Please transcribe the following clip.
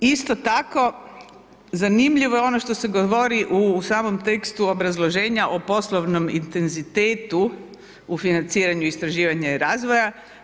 Isto tako, zanimljivo je ono što se govori u samom tekstu obrazloženja o poslovnom intenzitetu u financiranju istraživanja i razvoja.